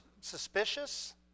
suspicious